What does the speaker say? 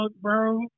bro